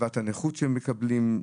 קצבת הנכות שהם מקבלים,